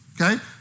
okay